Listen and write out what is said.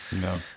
No